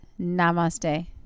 Namaste